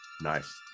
nice